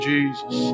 Jesus